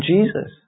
Jesus